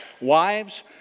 wives